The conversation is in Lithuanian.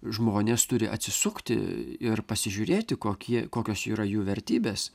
žmonės turi atsisukti ir pasižiūrėti kokie kokios yra jų vertybės